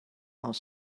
are